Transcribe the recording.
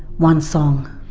one song,